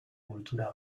cultura